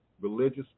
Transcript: religious